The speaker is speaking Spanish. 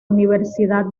universidad